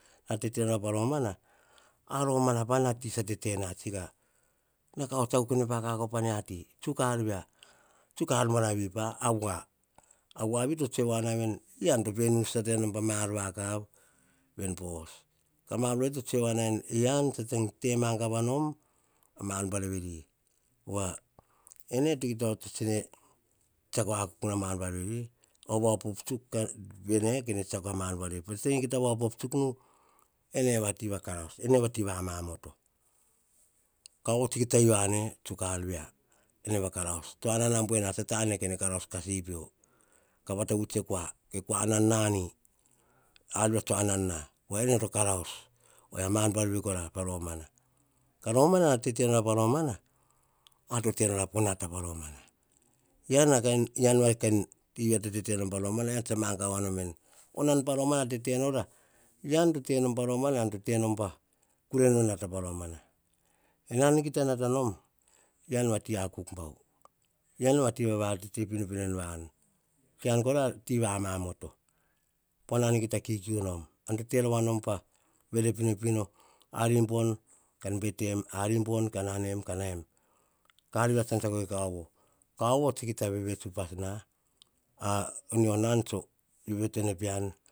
Na tete nora pa romana a romana a ti tsa tete na tsi ka na ka hots akuk pa kakau pa nia ti, tsuk, a ar buanavi pa. A woa to tsoe wana veni, eyian to pe nusata nom pa ma ar vakav ven po os. Ka ma ar buar veri to tsoe wa nor veni, pova ene to kita onoto akuk a ar buar veri, va op op tsuk pene ka tsiako mar bueri, pats tsi kia ta op op tsuk nu, ene vati va karaus, ene vati ama moto, kauvo kita yiu na ne, ene vati va karaus tane, kene kakaraus kasei pio ka vata vuts e kua, ke kua anana ni, arvia tse kua anana nani? Arvia tso anan, pove ne to karaus. Oyia, ar buana vi kora pa romana, ma ar buar veri kora pa ro mana. Pa romana nara tete nora po nata pa romana ean kain tivia, to tete nom pa romana ean tsa ma gava voa nom veni, nan pa romana nara tete nora. Ean to tete pa romava, ean to tete po kure nata paromana, panan kita nom ean ati akuk bua ean va ti va vatete pinopino, ean van. Ean kora vati va amamoto, pova nan kita kikiu nom, te rova nom pavere pinopino, ari bon kan betem an ka betem, ka naim ka ar via tsa tsiako ke kaovo? Anan tso veviotoe pean,.